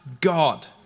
God